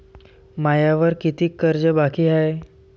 मायावर कितीक कर्ज बाकी हाय?